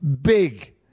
big